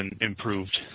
improved